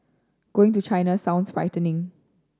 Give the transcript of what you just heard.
going to China sounds frightening